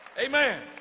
Amen